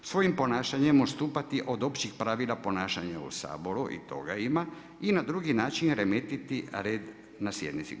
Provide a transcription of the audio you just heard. Svojim ponašanjem odstupati od općih pravila ponašanja u Saboru, i toga ima i na drugi način remetiti red na sjednici.